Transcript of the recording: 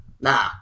nah